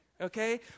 okay